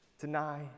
Deny